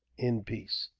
in peace.